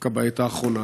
דווקא בעת האחרונה.